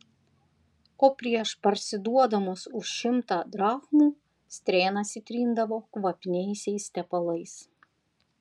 o prieš parsiduodamos už šimtą drachmų strėnas įtrindavo kvapniaisiais tepalais